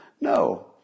No